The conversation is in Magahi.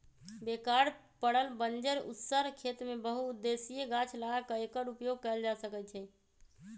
बेकार पड़ल बंजर उस्सर खेत में बहु उद्देशीय गाछ लगा क एकर उपयोग कएल जा सकै छइ